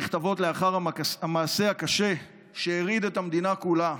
נכתבות לאחר המעשה הקשה שהרעיד את המדינה כולה,